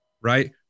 right